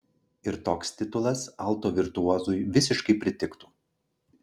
ir toks titulas alto virtuozui visiškai pritiktų